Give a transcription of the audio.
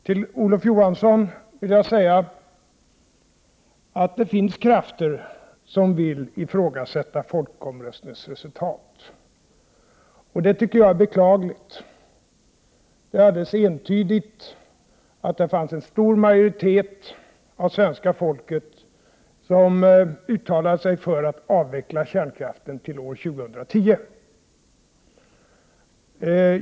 Till Olof Johansson vill jag säga att det finns krafter som vill ifrågasätta folkomröstningsresultatet, och det är beklagligt. Det är helt entydigt att en stor majoritet av svenska folket uttalade sig för att kärnkraften skulle avvecklas till år 2010.